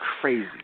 crazy